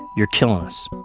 you're killing us.